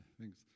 Thanks